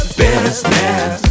business